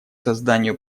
созданию